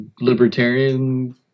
libertarian